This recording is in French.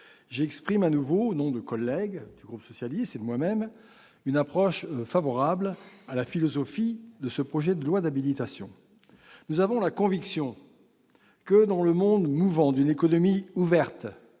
j'exprime à nouveau, au nom de collègues du groupe socialiste et de moi-même, une approche favorable à la philosophie de ce projet de loi d'habilitation. Nous avons la conviction que, dans le monde mouvant d'une économie ouverte,